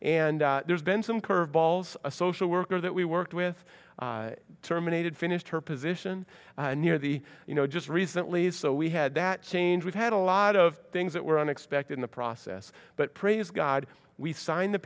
and there's been some curveballs a social worker that we worked with terminated finished her position near the you know just recently so we had that change we've had a lot of things that were unexpected in the process but praise god we signed the